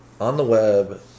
on-the-web